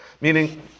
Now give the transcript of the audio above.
Meaning